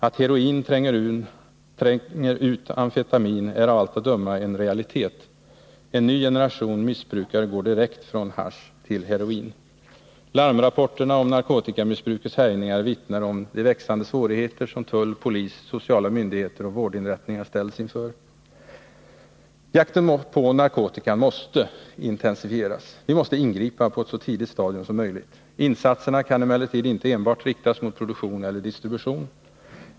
Att heroin tränger ut amfetamin är av allt att döma en realitet; en ny generation missbrukare går direkt från hasch till heroin. Larmrapporterna om narkotikamissbrukets härjningar vittnar om de växande svårigheter som tull, polis, sociala myndigheter och vårdinrättningar ställs inför. Jakten på narkotikan måste intensifieras. Vi måste ingripa på ett så tidigt stadium som möjligt. "Insatserna kan emellertid inte enbart riktas mot produktion eller distribution.